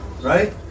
Right